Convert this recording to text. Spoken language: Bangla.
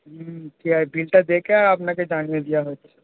হুম ঠিক আছে বিলটা দেখে আপনাকে জানিয়ে দেওয়া হচ্ছে